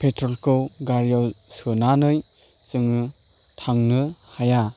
पेट्रलखौ गारियाव सोनानै जोङो थांनो हाया